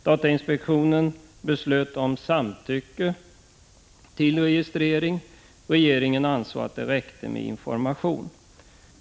Datainspektionen beslöt att samtycke till registrering skulle inhämtas, men regeringen ansåg att det räckte med information.